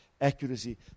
accuracy